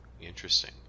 interesting